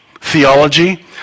theology